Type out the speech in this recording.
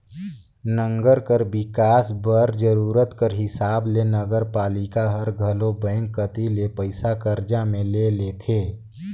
नंगर कर बिकास बर जरूरत कर हिसाब ले नगरपालिका हर घलो बेंक कती ले पइसा करजा में ले लेथे